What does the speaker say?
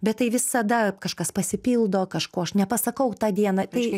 bet tai visada kažkas pasipildo kažko aš nepasakau tą dieną tai